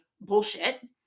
bullshit